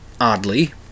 oddly